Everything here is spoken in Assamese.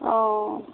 অ